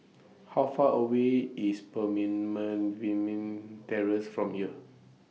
How Far away IS Terrace from here